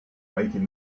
making